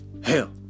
Hell